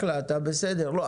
בסדר,